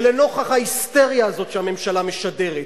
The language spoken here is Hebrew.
ולנוכח ההיסטריה הזאת שהממשלה הזאת משדרת,